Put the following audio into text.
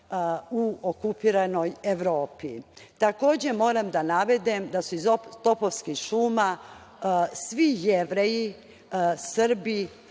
u okupiranoj Evropi. Takođe, moram da navedem da su iz Topovskih šuma svi Jevreji, Srbi,